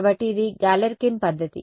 కాబట్టి ఇది గాలెర్కిన్ పద్ధతి